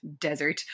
desert